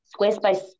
Squarespace